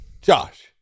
Josh